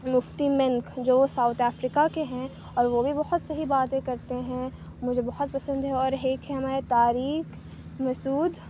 مفتی Menk جو وہ South Africa کے ہیں اور وہ بھی بہت صحیح باتیں کرتے ہیں مجھے بہت پسند ہیں اور ایک ہیں ہمارے طارق مسعود